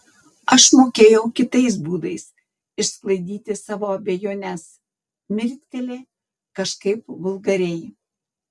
aš mokėjau kitais būdais išsklaidyti savo abejones mirkteli kažkaip vulgariai